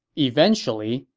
eventually,